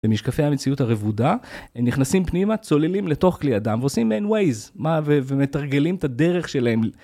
משקפי המציאות הרבודה, נכנסים פנימה, צוללים לתוך כלי הדם ועושים מעיין ווייז ומתרגלים את הדרך שלהם.